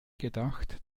gedacht